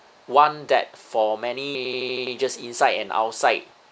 one that for many inside and outside